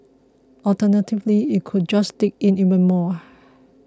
alternatively it could just dig in even more